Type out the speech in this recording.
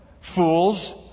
Fools